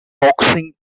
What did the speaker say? boxing